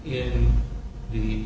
in the